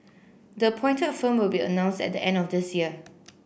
the appointed a firm will be announced at the end of this year